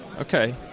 Okay